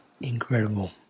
Incredible